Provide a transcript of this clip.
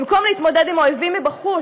במקום להתמודד עם האויבים מבחוץ,